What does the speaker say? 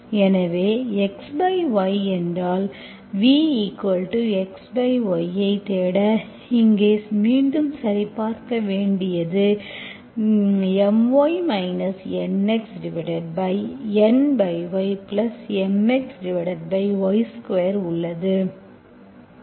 எனவே xy என்றால்vxy ஐ தேட இங்கே மீண்டும் சரிபார்க்க வேண்டியது என்ன எனவே My NxNyMxy2 உள்ளது